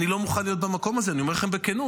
אני לא מוכן להיות במקום הזה, אני אומר לכם בכנות.